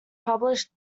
published